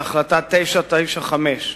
בהחלטה 995,